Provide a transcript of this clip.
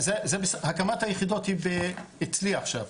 הקמת היחידות היא אצלי עכשיו.